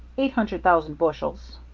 eight hundred thousand bushels.